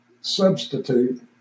substitute